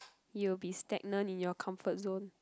you'll be stagnant in your comfort zone